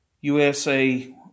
USA